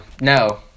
no